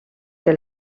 que